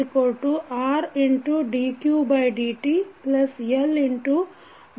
ಈಗ idqdtಎಂದು ಮೇಲಿನ ಸಮೀಕರಣದಲ್ಲಿ ಬದಲಾವಣೆ ಮಾಡಬೇಕು